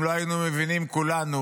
אם לא היינו מבינים כולנו,